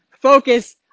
focus